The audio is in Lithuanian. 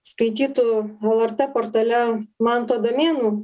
skaitytu lrt portale mantu adamėnu